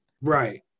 Right